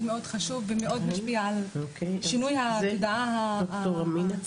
מאוד חשוב ומאוד משפיע על שינוי התודעה הציבורית.